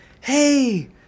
hey